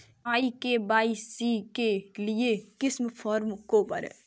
ई KYC के लिए किस फ्रॉम को भरें?